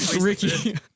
Ricky